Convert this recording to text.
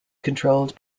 controlled